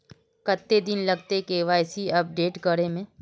कते दिन लगते के.वाई.सी अपडेट करे में?